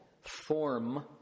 form